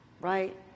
right